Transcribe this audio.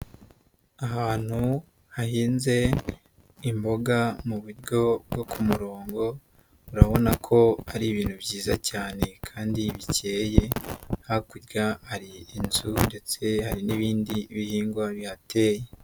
Ahantu hahinze imboga mu buryo bwo ku murongo, urabona ko hari ibintu byiza cyane kandi bikeye, hakurya hari inzu ndetse hari n'ibindi bihingwa bihateye.